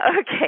Okay